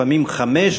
לפעמים חמש,